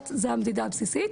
זו המדידה הבסיסית.